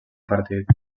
partit